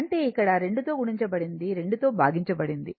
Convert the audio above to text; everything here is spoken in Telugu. అంటే ఇక్కడ 2 తో గుణించబడింది 2 తో భాగించబడింది